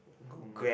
woman